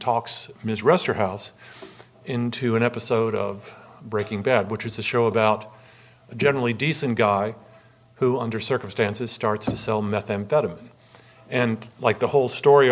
talks his rest her house into an episode of breaking bad which is a show about a generally decent guy who under circumstances starts to sell methamphetamine and like the whole story